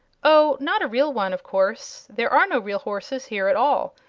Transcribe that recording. oh, not a real one, of course. there are no real horses here at all.